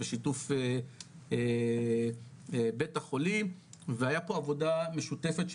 בשיתוף בית החולים והייתה פה עבודה משותפת,